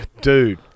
Dude